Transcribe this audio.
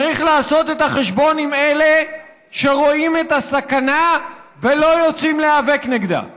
צריך לעשות את החשבון עם אלה שרואים את הסכנה ולא יוצאים להיאבק נגדה.